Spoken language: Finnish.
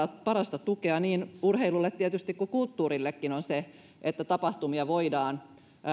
parasta tukea niin urheilulle kuin tietysti kulttuurillekin on se että tapahtumia voidaan